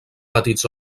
petits